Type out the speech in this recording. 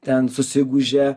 ten susigūžia